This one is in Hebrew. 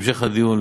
את המשך הדיון,